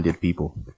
people